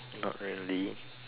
not really